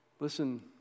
Listen